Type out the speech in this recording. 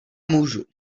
můžu